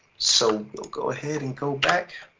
so we'll go ahead and go back.